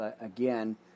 again